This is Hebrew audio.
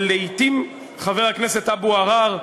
ולעתים, חבר הכנסת אבו עראר,